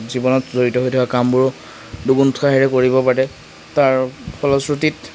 জীৱনত জড়িত হৈ থকা কামবোৰো দুগুণ উৎসাহেৰে কৰিব পাৰে তাৰ ফলশ্ৰুতিত